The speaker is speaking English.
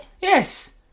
Yes